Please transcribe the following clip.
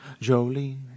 Jolene